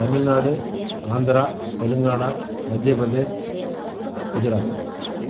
Tamil Nadu Andhra Telangana Madhya Pradesh Gujarat